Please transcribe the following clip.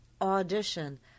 audition